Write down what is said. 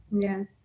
Yes